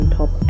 top